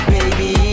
Baby